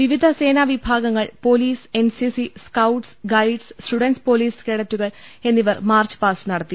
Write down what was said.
വിവിധ സേനാവിഭാഗങ്ങൾ police NCC scout guides student police കേഡറ്റുകൾ എന്നിവർ മാർച്ച് പാസ്റ്റ് നടത്തി